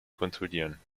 kontrollieren